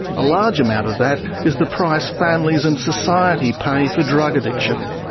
a large amount of that is the price families and society pay for drug addiction.